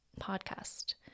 podcast